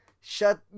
shut